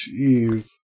jeez